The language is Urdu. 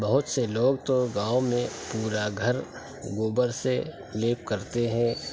بہت سے لوگ تو گاؤں میں پورا گھر گوبر سے لیپ کرتے ہیں